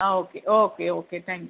ah okay okay okay thank you